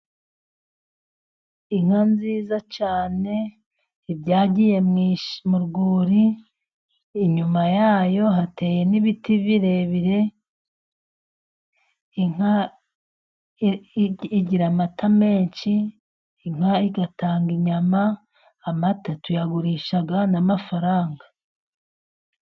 Inka nziza cyane ibyagiye mu rwuri. Inyuma yayo hateye n'ibiti birebire. Inka igira amata menshi, inka igatanga inyama, amata tuyagurisha n'amafaranga.